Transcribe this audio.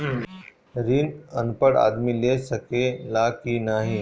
ऋण अनपढ़ आदमी ले सके ला की नाहीं?